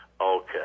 Okay